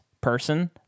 person